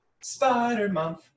Spider-Month